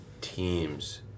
teams